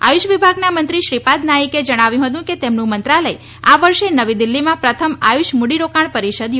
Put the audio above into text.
આયુષ વિભાગના મંત્રી શ્રીપાદ નાઈકે જણાવ્યું હતું કે તેમનું મંત્રાલય આ વર્ષે નવી દિલ્હીમાં પ્રથમ આયુષ મૂડીરોકાણ પરિષદ યોજશે